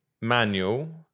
Manual